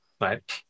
right